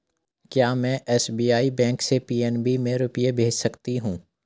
क्या में SBI bank से पी.एन.बी में रुपये भेज सकती हूँ?